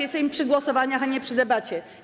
Jesteśmy przy głosowaniach, a nie przy debacie.